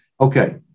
Okay